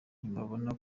ntibabona